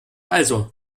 also